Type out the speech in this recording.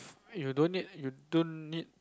you don't need you don't need